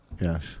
Yes